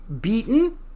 beaten